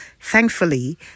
Thankfully